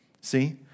See